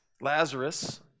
Lazarus